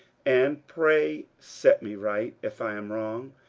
and pray set me right if i am wrong.